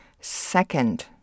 Second